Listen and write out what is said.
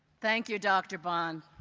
thank you, dr. bond.